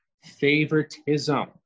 favoritism